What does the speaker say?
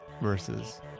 versus